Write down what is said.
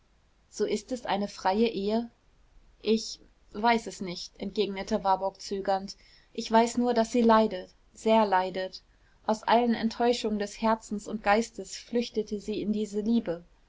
so ist es eine freie ehe ich weiß es nicht entgegnete warburg zögernd ich weiß nur daß sie leidet sehr leidet aus allen enttäuschungen des herzens und geistes flüchtete sie in diese liebe